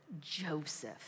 Joseph